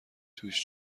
توش